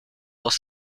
dos